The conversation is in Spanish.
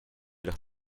los